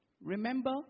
remember